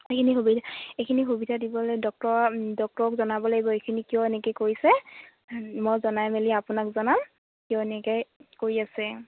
এইখিনি সুবিধা এইখিনি সুবিধা দিবলৈ ডক্টৰক জনাব লাগিব এইখিনি কিয় এনেকে কৰিছে মই জনাই মেলি আপোনাক জনাম কিয় এনেকে কৰি আছে